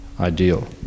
ideal